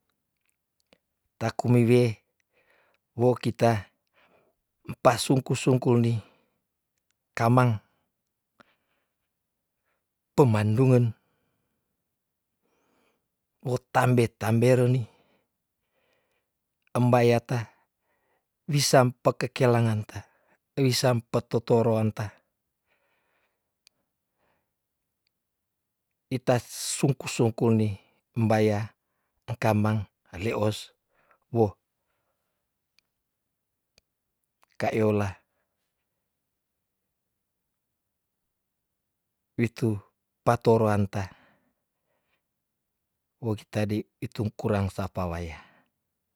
Taku mewe wo kita mpasungku sungkuni kamang pemandungen wotambe tamberni embaia ta wisa mpekekelanganta wisa mpatotoroanta itassungku sungkuni mbaia tengkamang maleos wo kayola witu patoroanta wo kita dei itung kurang sapa waya.